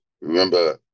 remember